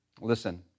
Listen